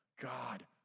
God